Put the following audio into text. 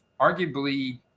arguably